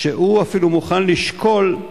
שהוא אפילו מוכן לשקול,